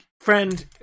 Friend